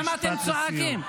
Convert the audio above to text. למה אתם צועקים?